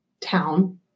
town